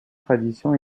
tradition